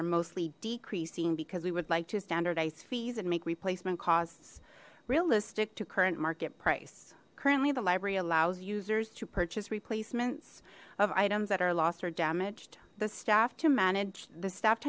are mostly decreasing because we would like to standardize fees and make replacement costs realistic to current market price currently the library allows users to purchase replacements of items that are lost or damaged the staff to manage the st